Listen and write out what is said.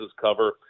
cover